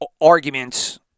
arguments